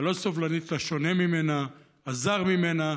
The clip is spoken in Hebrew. הלא-סובלנית לשונה ממנה, לזר ממנה.